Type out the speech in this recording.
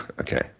okay